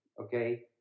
okay